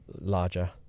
larger